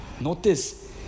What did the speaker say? notice